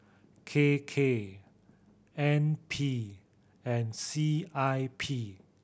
K K N P and C I P